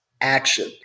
action